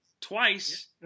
twice